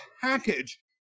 package